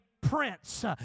prince